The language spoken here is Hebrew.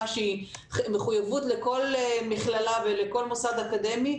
שהיא מחויבות לכל מכללה ומוסדר אקדמי,